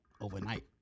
overnight